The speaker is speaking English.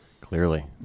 Clearly